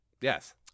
yes